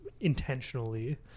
intentionally